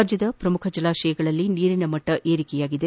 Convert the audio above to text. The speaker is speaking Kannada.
ರಾಜ್ಯದ ಪ್ರಮುಖ ಜಲಾಶಯಗಳಲ್ಲಿ ನೀರಿನ ಮಟ್ಟ ಏರಿಕೆಯಾಗಿದೆ